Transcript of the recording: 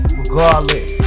Regardless